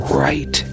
right